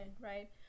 Right